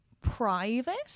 private